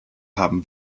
haben